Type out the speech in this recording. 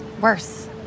worse